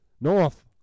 North